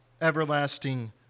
everlasting